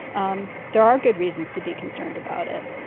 um there are good reasons to be concerned about it.